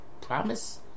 promise